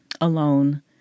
alone